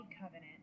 covenant